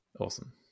Awesome